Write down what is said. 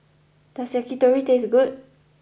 does Yakitori taste good